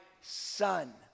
son